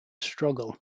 struggle